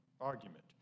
argument